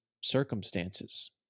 circumstances